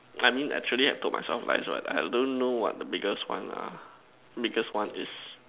I mean naturally I told myself lies one I don't know what the biggest one lah biggest one is